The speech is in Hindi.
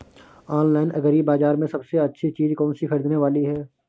ऑनलाइन एग्री बाजार में सबसे अच्छी चीज कौन सी ख़रीदने वाली है?